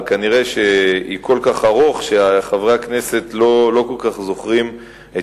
אבל נראה שזה כל כך ארוך שחברי הכנסת לא כל כך זוכרים את